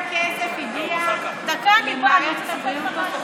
אתה יודע כמה כסף הגיע למערכת הבריאות?